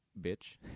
bitch